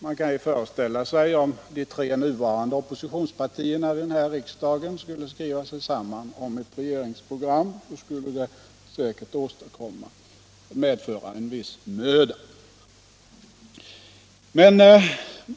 Man kan ju föreställa sig att det skulle medföra en viss möda om de tre nuvarande oppositionspartierna i riksdagen skulle skriva sig samman om ett regeringsprogram.